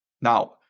Now